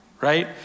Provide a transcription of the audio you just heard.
right